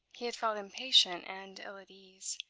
he had felt impatient and ill at ease,